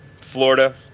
Florida